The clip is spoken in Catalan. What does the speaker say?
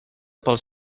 pels